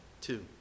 two